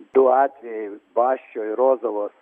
du atvejai basčio ir rozovos